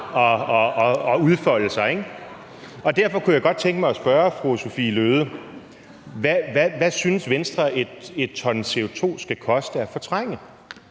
at udfolde sig. Derfor kunne jeg godt tænke mig at spørge fru Sophie Løhde om noget: Hvad synes Venstre 1 t CO2 skal koste at fortrænge?